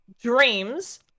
Dreams